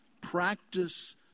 Practice